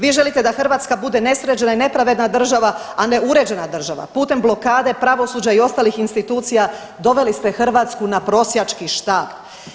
Vi želite da Hrvatska bude nesređena i nepravedna država, a ne uređena država putem blokade pravosuđa i ostalih institucija doveli ste Hrvatsku na prosjački štap.